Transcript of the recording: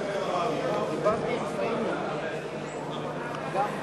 33, מתנגדים, 56. אם כן,